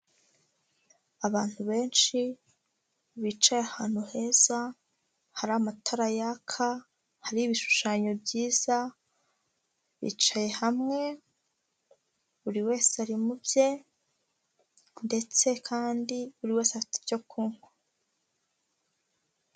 Abantu benshi bicaye ahantu heza, hari amatara yaka, hari ibishushanyo byiza, bicaye hamwe buri wese ari mu bye, ndetse kandi buri wese afite icyo kunywa.